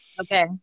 Okay